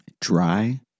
Dry